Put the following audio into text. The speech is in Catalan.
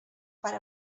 per